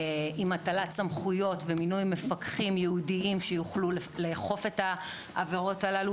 עם הטלת סמכויות ומינוי מפקחים יעודים שיוכלו לאכוף את העבירות הללו.